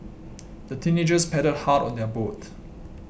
the teenagers paddled hard on their boat